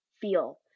feel